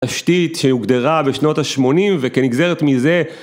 תשתית שהוגדרה בשנות ה-80 וכנגזרת מזה